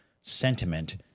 sentiment